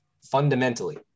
fundamentally